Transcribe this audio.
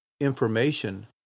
information